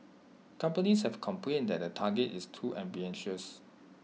companies have complained that the target is too ambitious